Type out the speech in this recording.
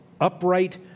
upright